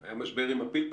בשעתו היה משבר עם הפלפלים.